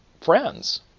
friends